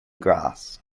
grass